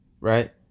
Right